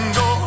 go